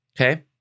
okay